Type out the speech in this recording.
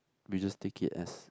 we just take it as